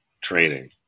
training